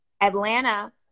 Atlanta